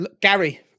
Gary